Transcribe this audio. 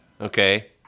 Okay